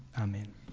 Amen